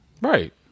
Right